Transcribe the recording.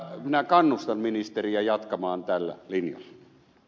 minä kannustan ministeriä jatkamaan tällä linjalla